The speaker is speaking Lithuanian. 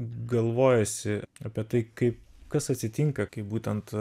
galvojasi apie tai kaip kas atsitinka kai būtent